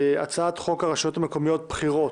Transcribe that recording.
הצעת חוק הרשויות המקומיות (בחירות)